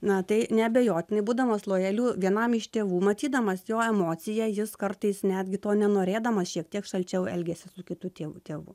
na tai neabejotinai būdamas lojaliu vienam iš tėvų matydamas jo emociją jis kartais netgi to nenorėdamas šiek tiek šalčiau elgiasi su kitu tėvu tėvu